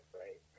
right